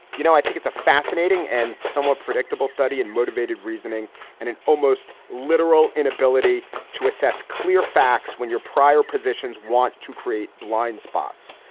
you know, i think it's a fascinating and somewhat predictable study and motivated reasoning and an almost literal inability to assess clear facts when your prior positions want to create blindspots.